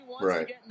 Right